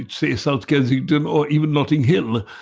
say south kensington or even notting hill,